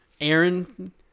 Aaron